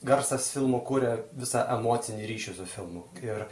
garsas filmo kuria visa emocinį ryšį su filmu ir